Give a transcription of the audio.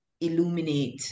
illuminate